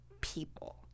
people